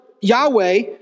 Yahweh